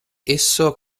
esso